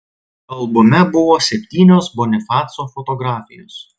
albume buvo septynios bonifaco fotografijos